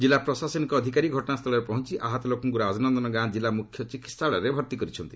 ଜିଲ୍ଲା ପ୍ରଶାସନିକ ଅଧିକାରୀ ଘଟଣାସ୍ଥଳରେ ପହଞ୍ଚ ଆହତ ଲୋକଙ୍କୁ ରାଜନନ୍ଦନ ଗାଁର କିଲ୍ଲା ମୁଖ୍ୟ ଚିକିତ୍ସାଳୟରେ ଭର୍ତ୍ତି କରିଥିଲେ